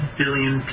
billion